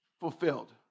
fulfilled